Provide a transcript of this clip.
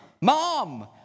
mom